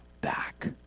back